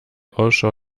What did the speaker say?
ausschau